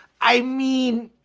i mean,